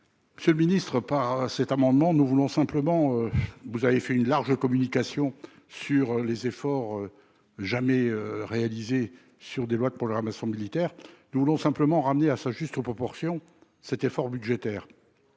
commission. Ce ministre par cet amendement. Nous voulons simplement vous avez fait une large communication sur les efforts. Jamais réalisée sur des lois de programmation militaire. Nous voulons simplement ramenée à sa juste proportion. Cet effort budgétaire.